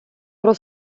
про